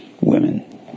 women